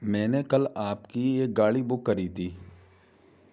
मैंने कल आपकी एक गाड़ी बुक करी थी